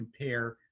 compare